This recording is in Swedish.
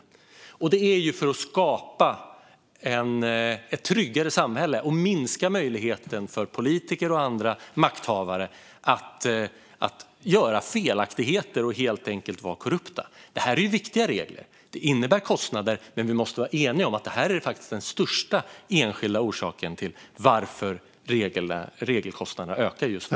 Anledningen till det är att skapa ett tryggare samhälle och minska möjligheten för politiker och andra makthavare att göra felaktigheter och helt enkelt vara korrupta. Det här är viktiga regler. De innebär kostnader, men vi måste vara eniga om att det här är den största enskilda orsaken till att regelkostnaderna ökar just nu.